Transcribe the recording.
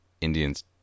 Indians